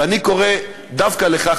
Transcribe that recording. ואני קורא דווקא לך,